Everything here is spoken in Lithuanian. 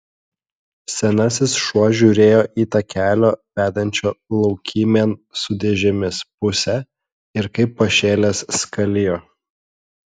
senasis šuo žiūrėjo į takelio vedančio laukymėn su dėžėmis pusę ir kaip pašėlęs skalijo